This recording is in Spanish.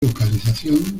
localización